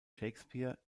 shakespeare